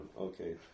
Okay